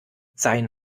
sein